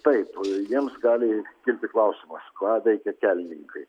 taip jiems gali kilti klausimas ką veikia kelininkai